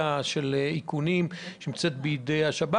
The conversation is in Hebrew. השימוש באיכוני שב"כ